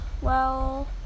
Well